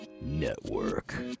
Network